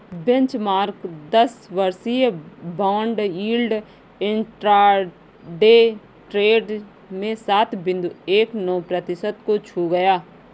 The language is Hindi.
बेंचमार्क दस वर्षीय बॉन्ड यील्ड इंट्राडे ट्रेड में सात बिंदु एक नौ प्रतिशत को छू गया